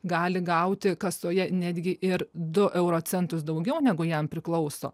gali gauti kasoje netgi ir du euro centus daugiau negu jam priklauso